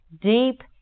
deep